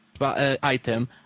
item